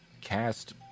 cast